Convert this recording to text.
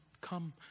come